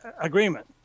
agreement